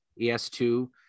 ES2